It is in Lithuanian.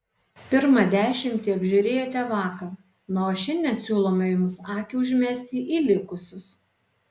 pirmą dešimtį apžiūrėjote vakar na o šiandien siūlome jums akį užmesti į likusius